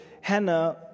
Hannah